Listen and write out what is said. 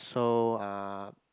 so uh